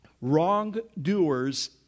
Wrongdoers